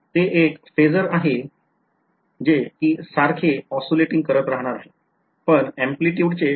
ते एक phasor आहे जे कि सारखे oscillating करत राहणार आहे पण amplitude चे क्षय होत आहे